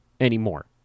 anymore